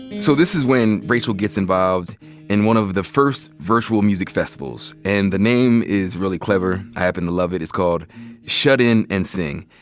so this is when rachel gets involved in one of the first virtual music festivals. and the name is really clever. i happen to love it. it's called shut in and sing.